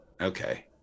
Okay